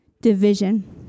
division